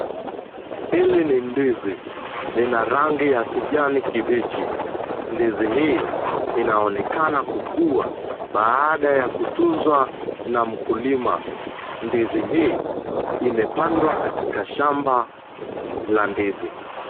Hii ni ndizi ,ina rangi ya kijani kibichi .Ndizi hii inaonekana kukua baada ya kutunzwa na mkulima. Ndizi hii imepandwa katika shamba la ndizi.